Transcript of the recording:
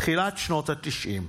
תחילת שנות התשעים.